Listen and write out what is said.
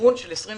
היוון של 25